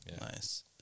nice